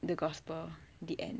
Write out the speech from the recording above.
the gospel the end